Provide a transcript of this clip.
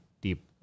deep